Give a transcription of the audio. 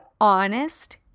honest